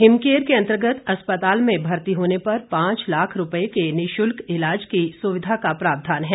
हिमकेयर के अंतर्गत अस्पताल में भर्ती होने पर पांच लाख रूपए के निशुल्क इलाज के सुविधा का प्रावधान है